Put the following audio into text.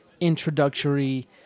introductory